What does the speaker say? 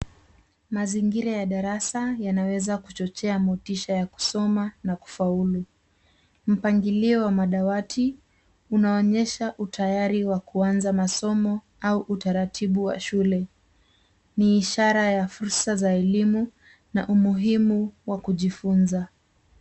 Mazingira ya darasa yanaweza kuchochea motisha ya kusoma na kufaulu. Mpangilio wa madawati unaonyesha utayari wa kuanza masomo au utaratibu wa shule. Ni ishara ya fursa za elimu na umuhimu wa kujifunza.